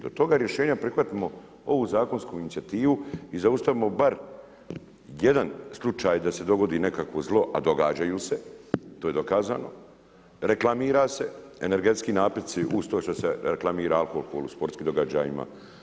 Da do toga rješenja prihvatimo ovu zakonsku inicijativu i zaustavimo bar jedan slučaj da se dogodi nekakvo zlo, a događaju se, to je dokazano, reklamira se energetski napitci uz to što se reklamira alkohol u sportskim događajima.